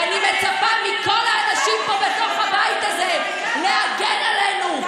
ואני מצפה מכל האנשים פה בתוך הבית הזה להגן עלינו.